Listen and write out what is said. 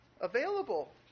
available